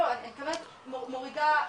מורידה,